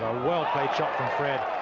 ah well played shot from fred